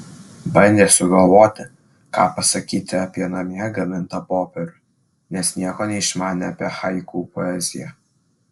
bandė sugalvoti ką pasakyti apie namie gamintą popierių nes nieko neišmanė apie haiku poeziją